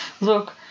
look